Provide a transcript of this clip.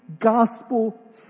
gospel